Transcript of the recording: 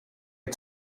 het